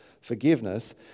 forgiveness